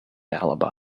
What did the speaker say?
alibi